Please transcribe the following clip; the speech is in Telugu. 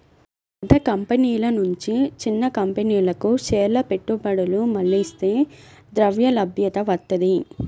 పెద్ద కంపెనీల నుంచి చిన్న కంపెనీలకు షేర్ల పెట్టుబడులు మళ్లిస్తే ద్రవ్యలభ్యత వత్తది